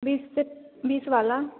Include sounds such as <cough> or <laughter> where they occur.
<unintelligible> बीस वाला